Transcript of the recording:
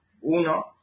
uno